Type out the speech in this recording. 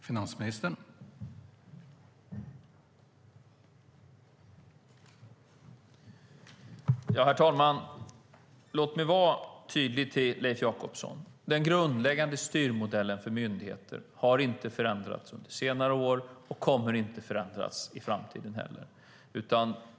Herr talman! Låt mig vara tydlig mot Leif Jakobsson. Den grundläggande styrmodellen för myndigheter har inte förändrats under senare år och kommer inte att förändras i framtiden heller.